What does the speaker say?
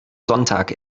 sonntag